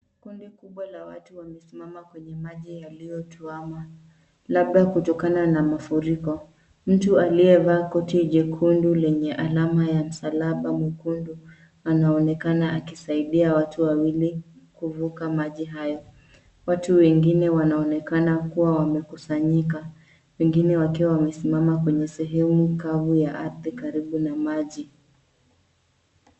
Kundi kubwa la watu wamesimama kwenye maji yaliyotuama labda kutokana na mafuriko. Mtu aliyevaa koti nyekundu lenye alama ya msalaba mwekundu anaonekana akisaidia watu wawili kuvuka maji haya. Watu wengine wanaonekana kuwa wamekusanyika, wengine wakiwa wamesimama kwenye sehemu kavu ya ardhi karibu na maji.